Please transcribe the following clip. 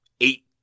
eight